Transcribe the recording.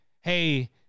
hey